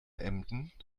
emden